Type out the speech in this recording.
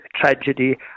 tragedy